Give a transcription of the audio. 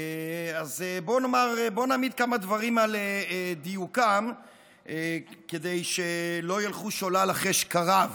אז בואו נעמיד כמה דברים על דיוקם כדי שלא ילכו שולל אחרי שקריו.